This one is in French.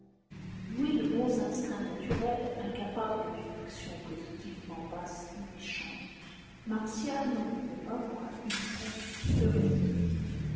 doué de bons instincts naturels incapable d'une action positivement basse ou méchante martial n'en menait pas moins une conduite peu régulière